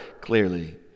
clearly